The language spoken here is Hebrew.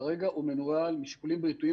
כרגע הוא מנוהל משיקולים בריאותיים,